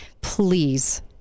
please